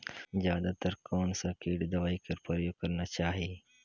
जादा तर कोन स किट दवाई कर प्रयोग करना चाही?